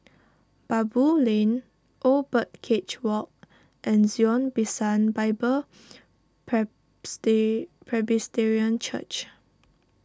Baboo Lane Old Birdcage Walk and Zion Bishan Bible Presbyterian Church